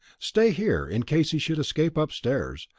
stay here, in case he should escape upstairs.